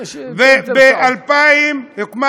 הוקמה